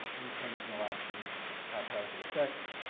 intentional actions, haphazard effects,